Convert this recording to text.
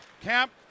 Camp